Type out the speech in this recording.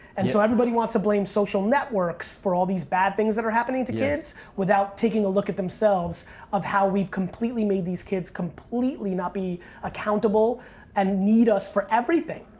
and so everybody wants to blame social networks for all these bad things that are happening to kids without taking a look at themselves of how we've completely made these kids completely not be accountable and need us for everything.